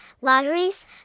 lotteries